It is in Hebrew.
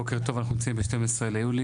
בוקר טוב, אנחנו נמצאים ב-12 ביולי.